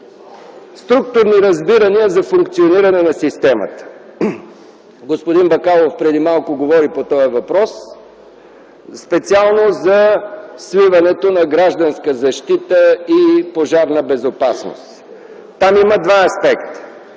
структурни разбирания за функциониране на системата. Преди малко господин Бакалов говори по този въпрос – специално за сливането на Гражданската защита и Пожарна безопасност. Там има два аспекта.